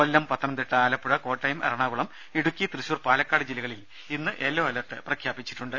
കൊല്ലം പത്തനംതിട്ട ആലപ്പുഴ കോട്ടയം എറണാകുളം ഇടുക്കി തൃശൂർ പാലക്കാട് ജില്ലകളിൽ ഇന്ന് yellow alert പ്രഖ്യാപിച്ചിട്ടുണ്ട്